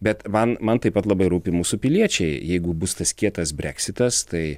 bet man man taip pat labai rūpi mūsų piliečiai jeigu bus tas kietas breksitas tai